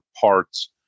parts